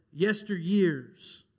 yesteryears